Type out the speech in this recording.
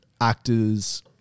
actors